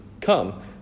come